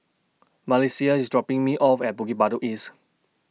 Malissie IS dropping Me off At Bukit Batok East